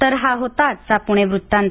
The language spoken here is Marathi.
तर हा होता आजचा पुणे वृत्तांत